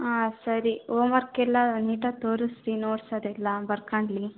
ಹಾಂ ಸರಿ ಹೋಮರ್ಕ್ ಎಲ್ಲ ನೀಟಾಗಿ ತೋರಿಸಿರಿ ನೋಟ್ಸ್ ಅದೆಲ್ಲ ಬರ್ಕಂಡೀನಿ